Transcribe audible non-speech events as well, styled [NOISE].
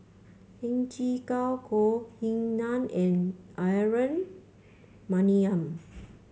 Heng Chee [UNINTELLIGIBLE] Ying Nan and Aaron Maniam